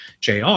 JR